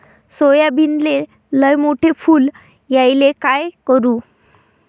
सोयाबीनले लयमोठे फुल यायले काय करू?